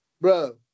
Bro